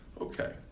Okay